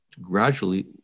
gradually